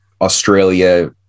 Australia